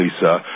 Lisa